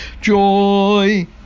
joy